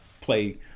play